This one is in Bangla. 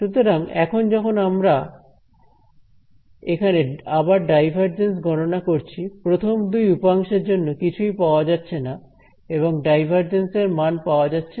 সুতরাং এখন যখন আমি এখানে আবার ডাইভারজেন্স গণনা করছি প্রথম দুই উপাংশের জন্য কিছুই পাওয়া যাচ্ছে না এবং ডাইভারজেন্সের মান পাওয়া যাচ্ছে 1